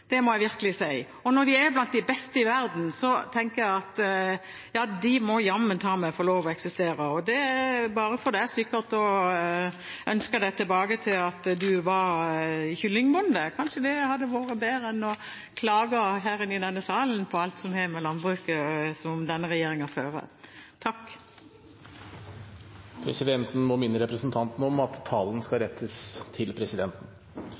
Det må jeg virkelig si. Når de er blant de beste i verden, tenker jeg at de må jammen ta meg få lov å eksistere. Det er sikkert bare for deg å ønske deg tilbake til å være kyllingbonde. Kanskje det hadde vært bedre enn å klage her i salen på alt som har med landbruket å gjøre, som denne regjeringen gjør. Jeg må minne representanten om at talen skal rettes til presidenten.